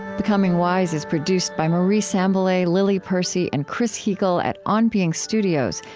becoming wise is produced by marie sambilay, lily percy, and chris heagle at on being studios,